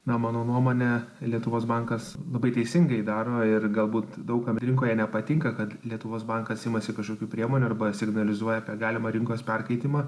na mano nuomone lietuvos bankas labai teisingai daro ir galbūt daug kam rinkoje nepatinka kad lietuvos bankas imasi kažkokių priemonių arba signalizuoja apie galimą rinkos perkaitimą